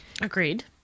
Agreed